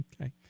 Okay